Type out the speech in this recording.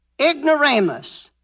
ignoramus